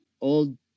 old